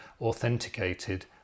authenticated